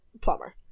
plumber